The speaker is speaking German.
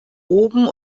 oben